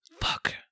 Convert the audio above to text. fuck